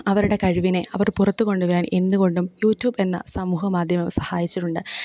അവരുടെ കഴിവിനെ അവർ പുറത്തു കൊണ്ടു വരാൻ എന്തു കൊണ്ടും യൂട്യൂബ് എന്ന സമൂഹ മാധ്യമം സഹായിച്ചിട്ടുണ്ട്